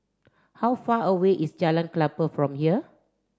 how far away is Jalan Klapa from here